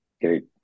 Great